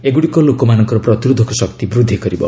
ଏଗୁଡ଼ିକ ଲୋକମାନଙ୍କର ପ୍ରତିରୋଧକ ଶକ୍ତି ବୂଦ୍ଧି କରିବ